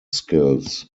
skills